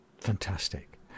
Fantastic